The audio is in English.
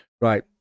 right